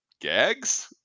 gags